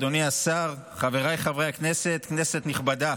אדוני השר, חבריי חברי הכנסת, כנסת נכבדה,